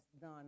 done